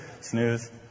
snooze